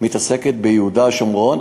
מתעסקת ביהודה ושומרון,